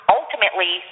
ultimately